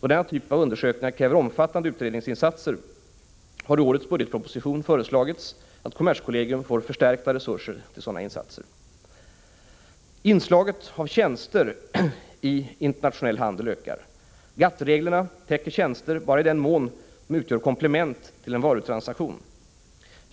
Då denna typ av undersökningar kräver omfattande utredningsinsatser har i årets budgetproposition föreslagits att kommerskollegium får förstärkta resurser till sådana insatser. Inslaget av tjänster i internationell handel ökar. GATT-reglerna täcker tjänster bara i den mån de utgör komplement till en varutransaktion.